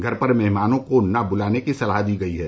घर पर मेहमानों को न बुलाने की सलाह दी गई है